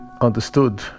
understood